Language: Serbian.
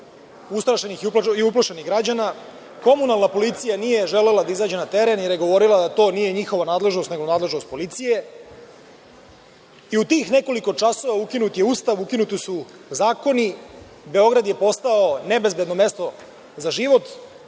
zastrašenih i uplašenih građana, komunalna policija nije želela da izađe na teren jer je govorila da to nije njihova nadležnost nego nadležnost policije i u tih nekoliko časova ukinut je Ustav, ukinuti su zakoni, Beograd je postao nebezbedno mesto za život,